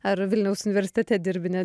ar vilniaus universitete dirbi ne